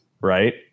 right